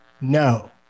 No